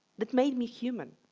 that made me human,